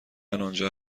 آنجا